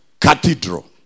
cathedral